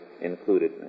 included